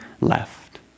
left